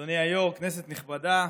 אדוני היו"ר, כנסת נכבדה,